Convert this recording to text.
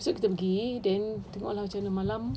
esok kita pergi eh then tengok lah camne malam